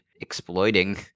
exploiting